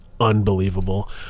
unbelievable